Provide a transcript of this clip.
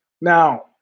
Now